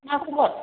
मा खबर